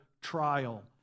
trial